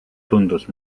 tundus